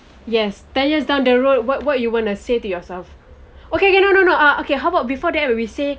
yes ten years down the road what what you want to say to yourself okay okay no no no uh okay how about before that we say